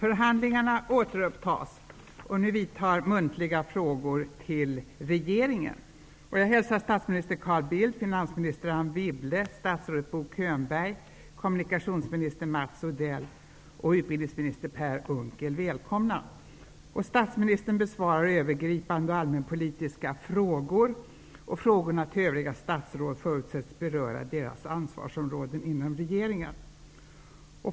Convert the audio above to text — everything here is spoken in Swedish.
Jag hälsar statsminister Carl Bildt, finansminister Statsministern besvarar övergripande allmänpolitiska frågor. Frågorna till övriga statsråd förutsätts beröra deras ansvarsområden inom regeringen.